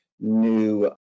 new